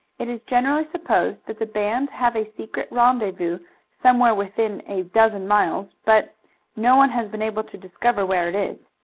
it is generally supposed that the band have a secret rendezvous somewhere within a dozen miles, but no one has been able to discover where it is.